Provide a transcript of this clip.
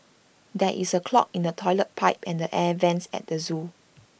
there is A clog in the Toilet Pipe and the air Vents at the Zoo